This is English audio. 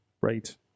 right